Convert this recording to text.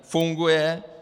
Funguje.